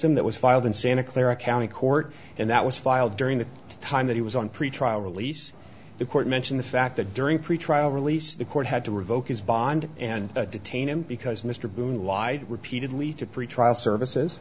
him that was filed in santa clara county court and that was filed during the time that he was on pretrial release the court mention the fact that during pretrial release the court had to revoke his bond and detain him because mr boone lied repeatedly to pretrial services